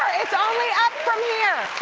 only up from here.